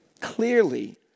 clearly